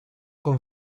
con